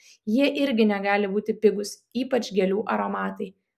jie irgi negali būti pigūs ypač gėlių aromatai